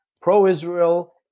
pro-Israel